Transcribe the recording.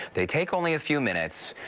they take only a few minutes,